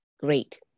Great